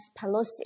Pelosi